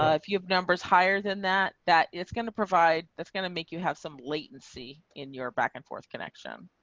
ah if you have numbers higher than that, that it's going to provide that's going to make you have some latency in your back and forth connection.